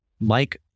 Mike